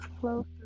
flow